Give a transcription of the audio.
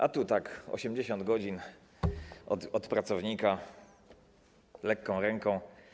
A tu tak 80 godzin od pracownika lekką ręką.